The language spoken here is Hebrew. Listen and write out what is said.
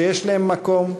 שיש להם מקום,